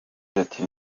yakomeje